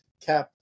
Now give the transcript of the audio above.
cap